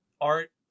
art